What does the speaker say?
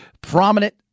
prominent